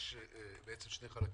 יש בעצם שני חלקים.